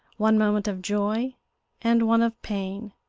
one moment of joy and one of pain,